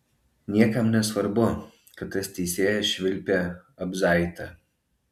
niekam nesvarbu kad tas teisėjas švilpė abzaitą